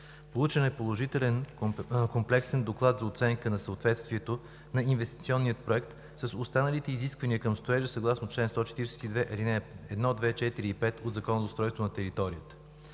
Получен е положителен комплексен Доклад за оценка на съответствието на инвестиционния проект с останалите изисквания към строежа съгласно чл. 142, ал. 1, 2, 4 и 5 от Закона за устройство на територията.